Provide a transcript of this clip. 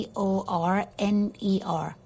Corner